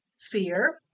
fear